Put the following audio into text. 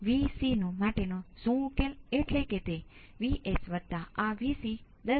આ ભાગ આ તે ભાગ છે જે લુપ્ત થાય છે તે નેચરલ રિસ્પોન્સ